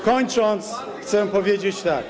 Kończąc, chcę powiedzieć tak.